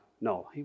No